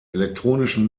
elektronischen